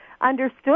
understood